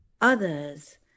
others